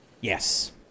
Yes